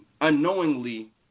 unknowingly